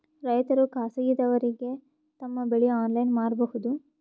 ರೈತರು ಖಾಸಗಿದವರಗೆ ತಮ್ಮ ಬೆಳಿ ಆನ್ಲೈನ್ ಮಾರಬಹುದು?